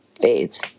fades